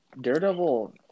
Daredevil